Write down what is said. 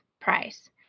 price